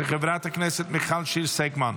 של חברת הכנסת מיכל שיר סגמן.